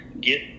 get